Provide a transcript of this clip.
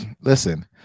Listen